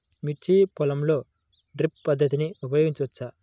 మిర్చి పొలంలో డ్రిప్ పద్ధతిని ఉపయోగించవచ్చా?